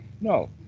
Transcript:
no